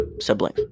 sibling